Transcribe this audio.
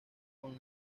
con